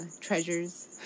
treasures